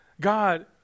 God